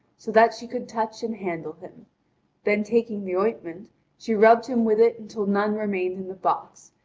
so that she could touch and handle him then taking the ointment she rubbed him with it until none remained in the box,